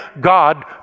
God